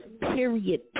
Period